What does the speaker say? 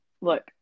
look